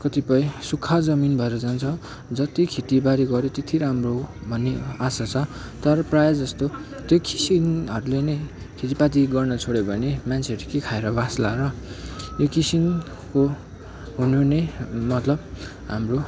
कतिपय सुक्खा जमिन भएर जान्छ जति खेतीबारी गर्यो त्यति राम्रो हो भन्ने आशा छ तर प्राय जस्तो त्यो किसिनहरूले नै खेतीपाती गर्न छोड्यो भने मान्छेहरू के खाएर बाँच्ला र यो किसिनको हुनु नै मतलब हाम्रो